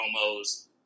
promos